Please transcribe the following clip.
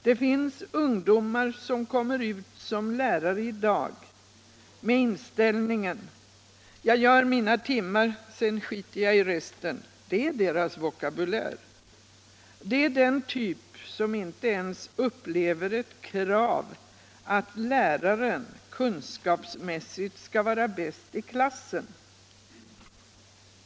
Det finns ungdomar som kommer ut som lärare i dag med inställningen: Jag gör mina timmar, sedan skiter jag i resten. — Det är deras vokabulär. Det är den typ som inte ens upplever ett krav att läraren kunskapsmässigt skall vara bäst i klassen.